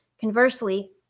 Conversely